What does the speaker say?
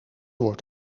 wordt